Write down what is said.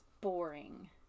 boring